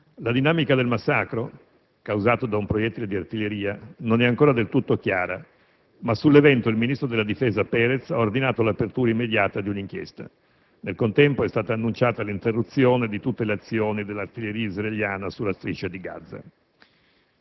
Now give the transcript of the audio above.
La dinamica del massacro - causato da un proiettile di artiglieria - non è ancora del tutto chiara, ma sull'evento il ministro della difesa Peretz ha ordinato l'apertura immediata di un'inchiesta. Nel contempo, è stata annunciata l'interruzione di tutte le azioni dell'artiglieria israeliana nella Striscia di Gaza.